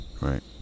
right